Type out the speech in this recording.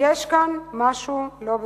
שיש כאן משהו לא בסדר.